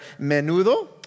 menudo